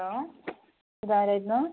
hello ഇതാരായിരുന്നു